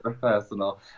personal